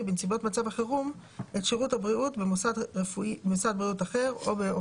בנסיבות מצב החירום את שירות הבריאות במוסד בריאות אחר או באופן אחר.